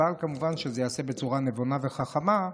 אבל כמובן, שזה ייעשה בצורה נבונה וחכמה.